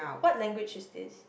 what language is this